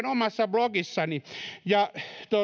omassa blogissani ja